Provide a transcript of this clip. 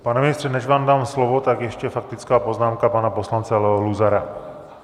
Pane ministře, než vám dám slovo, tak ještě faktická poznámka pana poslance Leo Luzara.